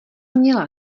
měla